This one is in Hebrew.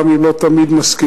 גם אם לא תמיד מסכימים,